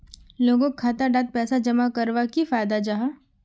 लोगोक खाता डात पैसा जमा कवर की फायदा जाहा?